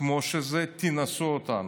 כמו שזה, תנסו אותנו.